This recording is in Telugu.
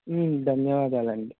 ధన్యవాదాలండి